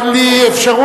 אין לי אפשרות,